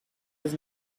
was